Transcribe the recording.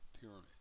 pyramid